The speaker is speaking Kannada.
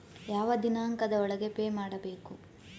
ಯಾವ ದಿನಾಂಕದ ಒಳಗೆ ಪೇ ಮಾಡಬೇಕು?